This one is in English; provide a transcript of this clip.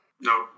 No